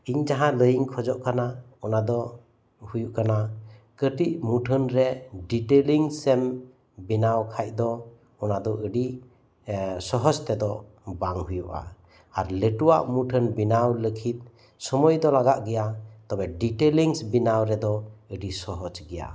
ᱤᱧ ᱡᱟᱦᱟᱸ ᱞᱟᱹᱭᱤᱧ ᱠᱷᱚᱡᱚᱜ ᱠᱟᱱᱟ ᱚᱱᱟ ᱫᱚ ᱦᱳᱭᱳᱜ ᱠᱟᱱᱟ ᱠᱟᱴᱤᱡ ᱢᱩᱴᱷᱟᱹᱱ ᱨᱮ ᱰᱤᱴᱮᱞᱤᱝᱥ ᱮᱢ ᱵᱮᱱᱟᱣ ᱠᱷᱟᱱ ᱫᱚ ᱚᱱᱟ ᱫᱚ ᱟᱰᱤ ᱮᱻ ᱥᱚᱦᱚᱡᱽ ᱛᱮᱫᱚ ᱵᱟᱝ ᱦᱳᱭᱳᱜᱼᱟ ᱟᱨ ᱞᱟᱴᱩᱣᱟᱜ ᱢᱩᱴᱷᱟᱹᱱ ᱵᱮᱱᱟᱣ ᱞᱟᱜᱤᱫ ᱥᱳᱢᱳᱭ ᱫᱚ ᱞᱟᱜᱟᱜ ᱜᱮᱭᱟ ᱛᱚᱵᱮ ᱰᱤᱴᱮᱞᱤᱝᱥ ᱵᱮᱱᱟᱣ ᱨᱮᱫᱚ ᱟᱰᱤ ᱥᱚᱦᱚᱡᱽ ᱜᱮᱭᱟ